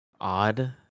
odd